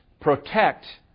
protect